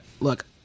Look